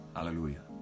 Hallelujah